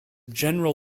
general